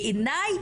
בעיניי,